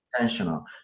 intentional